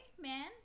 Man